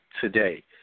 today